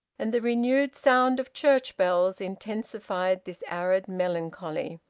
and the renewed sound of church bells intensified this arid melancholy.